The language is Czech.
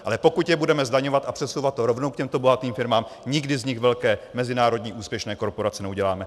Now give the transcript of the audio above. Ale pokud je budeme zdaňovat a přesouvat to rovnou k těmto bohatým firmám, nikdy z nich velké mezinárodní úspěšné korporace neuděláme.